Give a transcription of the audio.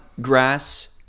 grass